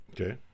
Okay